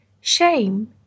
Shame